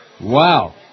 Wow